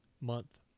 month